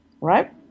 right